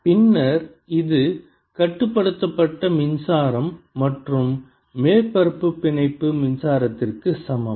பின்னர் இது கட்டுப்படுத்தப்பட்ட மின்சாரம் மற்றும் மேற்பரப்பு பிணைப்பு மின்சாரத்திற்கு சமம்